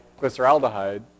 glyceraldehyde